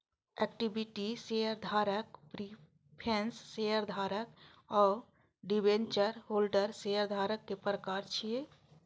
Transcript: equity शेयरधारक, preference शेयरधारक आ डिवेंचर होल्डर शेयरधारक के प्रकार छियै